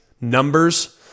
numbers